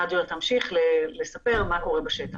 נג'ואה תמשיך לספר מה קורה בשטח.